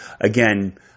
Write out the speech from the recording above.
again